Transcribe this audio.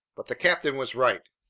but the captain was right.